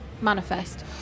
manifest